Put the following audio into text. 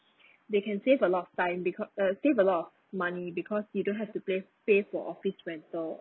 they can save a lot of time because uh save a lot of money because you don't have to pay pay for office rental